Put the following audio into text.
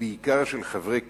ובעיקר של חברי קדימה,